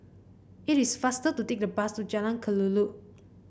it is faster to take the bus to Jalan Kelulut